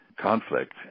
conflict